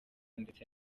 ndetse